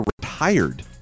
retired